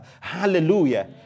Hallelujah